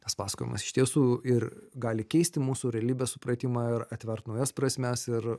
tas pasakojimas iš tiesų ir gali keisti mūsų realybės supratimą ir atvert naujas prasmes ir